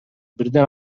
бирден